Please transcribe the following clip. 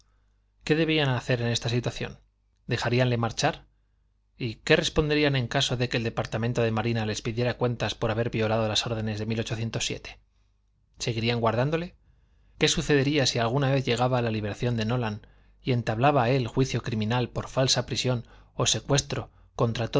qué debían hacer en esta situación dejaríanle marchar y qué responderían en caso de que el departamento de marina les pidiera cuentas por haber violado las órdenes de seguirían guardándole qué sucedería si alguna vez llegaba la liberación de nolan y entablaba él juicio criminal por falsa prisión o secuestro contra